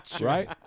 Right